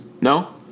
No